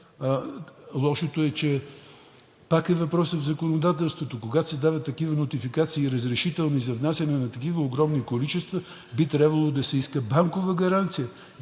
Лошото е, че пак въпросът е в законодателството – когато се дават такива нотификации и разрешителни за внасяне на такива огромни количества, би трябвало да се иска банкова гаранция.